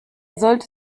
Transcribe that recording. sollte